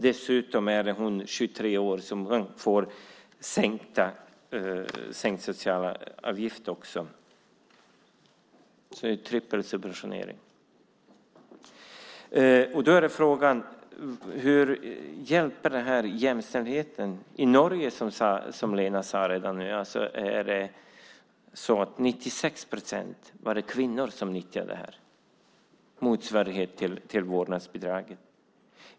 Dessutom är hon 23 år, så de får sänkta sociala avgifter också. Det är alltså en trippelsubventionering. Då är frågan hur detta hjälper jämställdheten. I Norge var 96 procent av dem som nyttjade motsvarigheten till vårdnadsbidraget kvinnor.